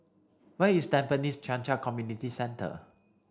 where is Tampines Changkat Community Centre